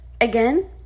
again